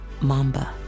Mamba